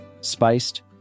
spiced